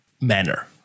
manner